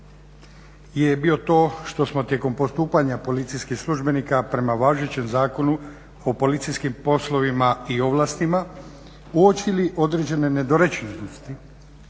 je bio to što smo tijekom postupanja policijskih službenika prema važećem Zakonu o policijskim poslovima i ovlastima uočili određene nedorečenosti